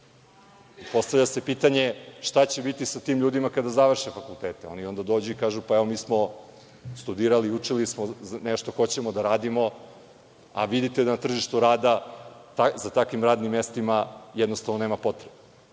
rada. Postavlja se pitanje – šta će biti sa tim ljudima kada završe fakultete, oni onda dođu i kažu – pa evo, mi smo studirali juče, nešto hoćemo da radimo, a vidite na tržištu rada, za takvim radnim mestima jednostavno nema potrebe. Da